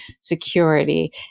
security